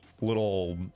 little